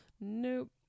Nope